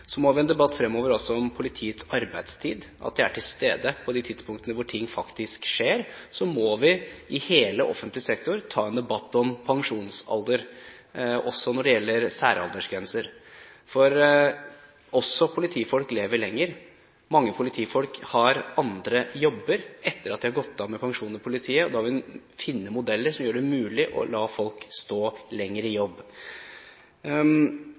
må også ha en debatt fremover om politiets arbeidstid, at de er til stede på de tidspunktene hvor ting faktisk skjer. Så må vi i hele offentlig sektor ta en debatt om pensjonsalder, også når det gjelder særaldersgrenser. For også politifolk lever lenger. Mange politifolk har andre jobber etter at de har gått av med pensjon i politiet, og da vil en finne modeller som gjør det mulig å la folk stå lenger i jobb.